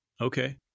Okay